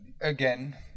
again